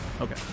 Okay